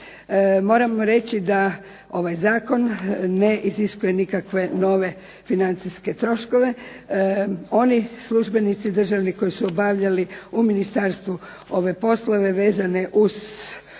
Moram reći da ovaj zakon ne iziskuje nikakve nove financijske troškove, oni službenici državni koji su obavljali u Ministarstvu ove poslove vezane uz prijavu